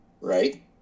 Right